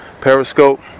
Periscope